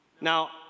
Now